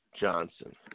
Johnson